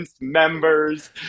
members